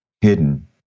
hidden